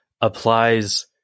applies